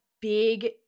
big